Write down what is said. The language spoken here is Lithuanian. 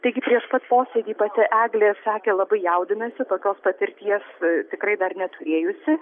taigi prieš pat posėdį pati eglė sakė labai jaudinasi tokios patirties tikrai dar neturėjusi